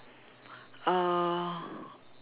uh